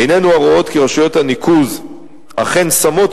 עינינו הרואות כי רשויות הניקוז אכן שמות